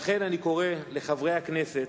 לכן אני קורא לחברי הכנסת: